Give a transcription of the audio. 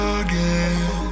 again